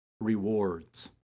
rewards